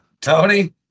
Tony